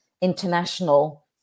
international